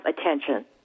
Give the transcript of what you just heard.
attention